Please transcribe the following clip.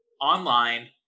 online